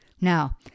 Now